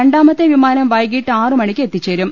രണ്ടാമത്തെ വിമാനം വൈകീട്ട് ആറ് മണിക്ക് എത്തിച്ചേരും